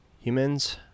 humans